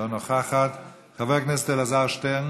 לא נוכחת, חבר הכנסת אלעזר שטרן,